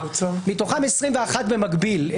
מתוכם 21 במקביל.